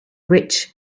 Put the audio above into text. rich